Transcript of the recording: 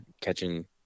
catching